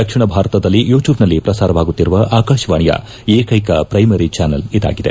ದಕ್ಷಿಣ ಭಾರತದಲ್ಲಿ ಯುಟ್ಕೂಬ್ಲಲ್ಲಿ ಪ್ರಸಾರವಾಗುತ್ತಿರುವ ಆಕಾಶವಾಣಿಯ ಏಕೈಕ ಪ್ರೈಮರಿ ಜಾನೆಲ್ ಇದಾಗಿದೆ